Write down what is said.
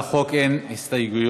להצעת החוק אין הסתייגויות,